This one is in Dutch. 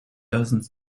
duizend